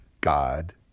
God